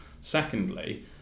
Secondly